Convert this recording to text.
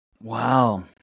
Wow